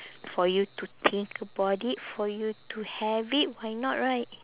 for you to think about it for you to have it why not right